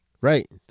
right